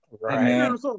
Right